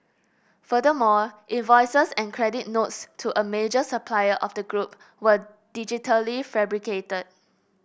furthermore invoices and credit notes to a major supplier of the group were digitally fabricated